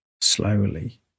slowly